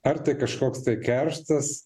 ar tai kažkoks tai kerštas